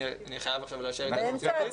אני חייב עכשיו לאשר התייעצות סיעתית?